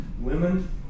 Women